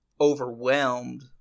overwhelmed